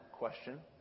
question